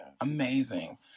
Amazing